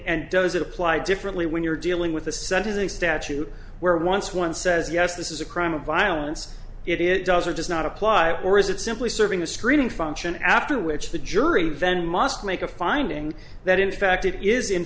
and does it apply differently when you're dealing with a sentencing statute where once one says yes this is a crime of violence it is it does or does not apply or is it simply serving a screening function after which the jury then must make a finding that in fact it is in